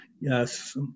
Yes